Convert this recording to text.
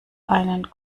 einen